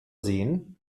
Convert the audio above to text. sehen